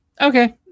okay